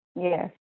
Yes